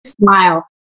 smile